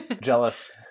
Jealous